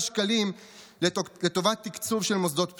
שקלים לטובת תקצוב של מוסדות הפטור,